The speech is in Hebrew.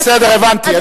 בסדר, הבנתי.